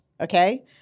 okay